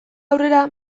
aurrera